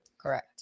Correct